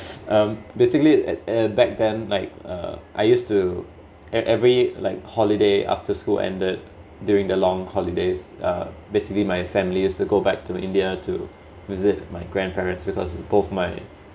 um basically at at back then like uh I used to every every like holiday after school ended during the long holidays uh basically my family used to go back to india to visit my grandparents because both my